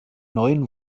neuen